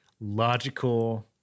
logical